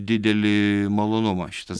didelįį malonumą šitas